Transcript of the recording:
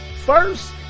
first